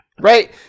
right